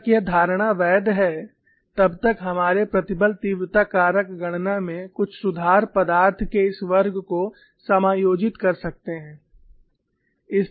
जब तक यह धारणा वैध है तब तक हमारे प्रतिबल तीव्रता कारक गणना में कुछ सुधार पदार्थ के इस वर्ग को समायोजित कर सकते हैं